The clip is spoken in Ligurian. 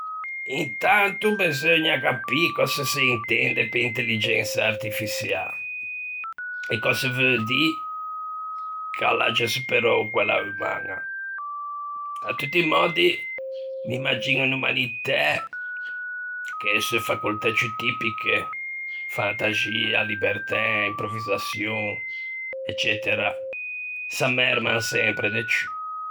Intanto beseugna capî cöse se intende pe intelligensa artifiçiâ, e cöse veu dî ch'a l'agge superou quella umaña. À tutti i mòddi, m'imagiño unn'umanitæ che e seu facoltæ ciù tipiche, fantaxia, libertæ, improvvisaçion, eccetera, s'ammerman sempre de ciù.